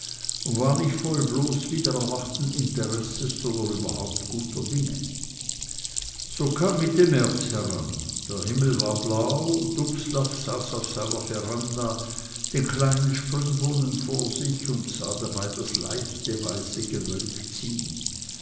und war nicht bloß voll wiedererwachten interesses sondern überhaupt guter dinge so kam mitte märz heran der himmel war blau dubslav saß auf seiner veranda den kleinen springbrunnen vor sich und sah dabei das leichte weiße gewölk ziehen